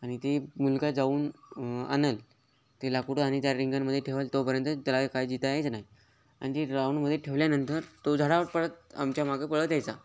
आणि ते मुलगा जाऊन आणेल ते लाकूड आणि चार रिंगंमध्ये ठेवलं तोपर्यंत त्याला काय जितायचं नाही आणि ते राऊंडमध्ये ठेवल्यानंतर तो झाडावर पळत आमच्या मागं पळत यायचा